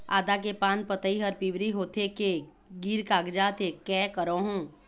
आदा के पान पतई हर पिवरी होथे के गिर कागजात हे, कै करहूं?